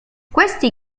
questi